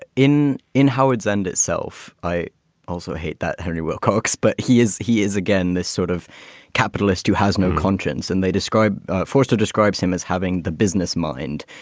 ah in in howard's end itself, i also hate that henry wilcox, but he is he is again, this sort of capitalist who has no conscience and they describe forced to describe him as having the business mind.